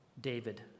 David